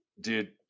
dude